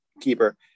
keeper